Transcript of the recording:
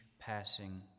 passing